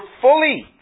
fully